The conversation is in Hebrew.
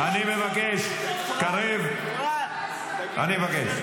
אני מבקש, קריב, אני מבקש.